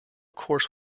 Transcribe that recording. course